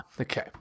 okay